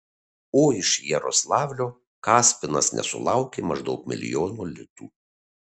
o iš jaroslavlio kaspinas nesulaukė maždaug milijono litų